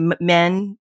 men